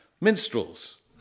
Minstrels